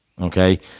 okay